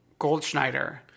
Goldschneider